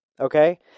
okay